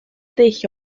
dull